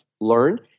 learned